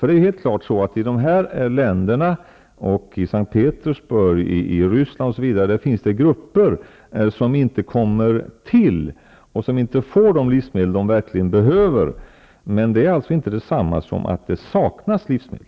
Det är helt klart att det i dessa länder och i t.ex. S:t Peters burg i Ryssland finns grupper som inte får de livsmedel de verkligen behöver. Men det är inte detsamma som att det saknas livsmedel.